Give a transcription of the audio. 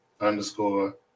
underscore